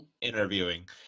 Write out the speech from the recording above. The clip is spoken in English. interviewing